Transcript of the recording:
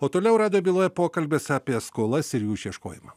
o toliau radijo byloje pokalbis apie skolas ir jų išieškojimą